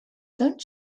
don’t